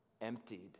Emptied